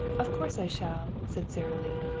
of course i shall, said sara lee.